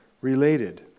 related